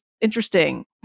interesting